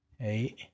eight